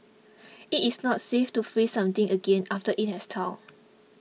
it is not safe to freeze something again after it has thawed